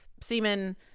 semen